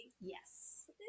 Yes